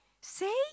see